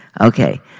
Okay